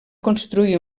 construir